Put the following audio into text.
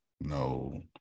no